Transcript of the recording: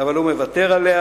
אבל הוא מוותר עליה.